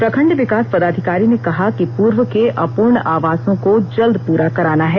प्रखंड विकास पदाधिकारी ने कहा कि पूर्व के अपूर्ण आवासों को जल्द पूरा कराना है